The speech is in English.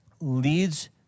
leads